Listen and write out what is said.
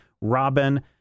Robin